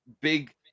big